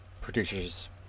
producers